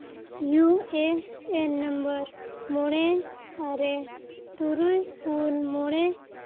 U ᱮᱹ ᱮᱹᱱ number ᱢᱚᱬᱮ ᱟᱨᱮ ᱛᱩᱨᱩᱭ ᱯᱩᱱ ᱢᱚᱬᱮ